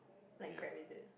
like grab is it